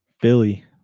Billy